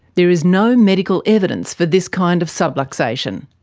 there is no medical evidence for this kind of subluxation.